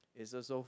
is also